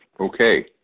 Okay